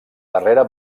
darrera